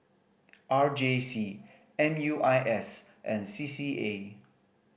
R J C M U I S and C C A